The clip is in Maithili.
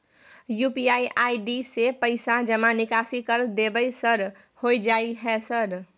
यु.पी.आई आई.डी से पैसा जमा निकासी कर देबै सर होय जाय है सर?